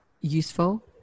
useful